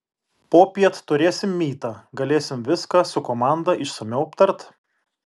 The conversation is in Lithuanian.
popiet turėsim mytą galėsim viską su komanda išsamiau aptart